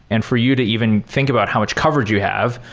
and for you to even think about how much coverage you have,